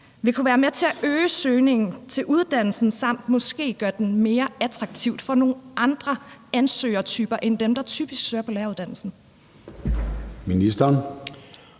vil kunne være med til at øge søgningen til uddannelsen samt måske at gøre den mere attraktiv for nogle andre ansøgertyper end dem, der typisk søger ind på læreruddannelsen? Kl.